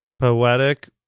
poetic